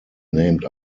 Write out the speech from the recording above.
named